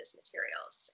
materials